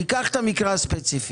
ניקח את המקרה הספציפי,